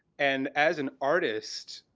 and as an artist,